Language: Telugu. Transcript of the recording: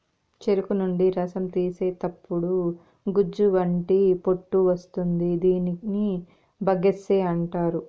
చెరుకు నుండి రసం తీసేతప్పుడు గుజ్జు వంటి పొట్టు వస్తుంది దీనిని బగస్సే అంటారు